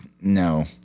No